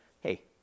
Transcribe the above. hey